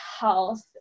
health